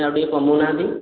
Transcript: ଆଉ ଟିକେ କମଉନାହାଁନ୍ତି